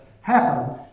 happen